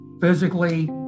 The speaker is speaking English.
physically